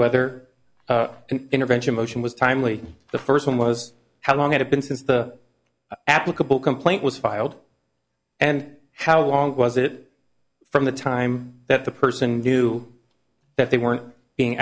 whether an intervention motion was timely the first one was how long had it been since the applicable complaint was filed and how long was it from the time that the person knew that they weren't being